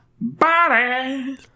body